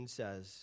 says